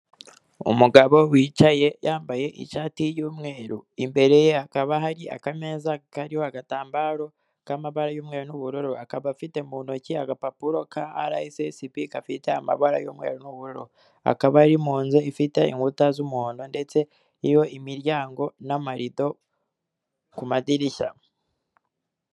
Umugabo wicaye yambaye ishati y'umweru imbere ye hakaba hari akameza kariho agatambaro k'amabara y'umweru n'ubururu, akaba afite mu ntoki agapapuro ka araesesibi gafite amabara y'umweru ndetse n'ubururu, akaba ari mu nzu ifite inkuta z'umuhondo ndetse iyo miryango n'amarido ku madirishya.